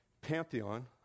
Pantheon